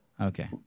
Okay